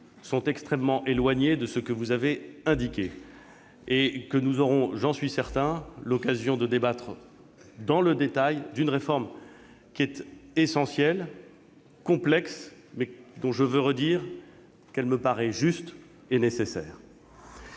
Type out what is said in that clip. sont extrêmement éloignées de ce que vous avez indiqué. Nous aurons, j'en suis certain, l'occasion de débattre dans le détail d'une réforme qui est essentielle et complexe, mais qui, je veux le rappeler, me paraît juste et nécessaire.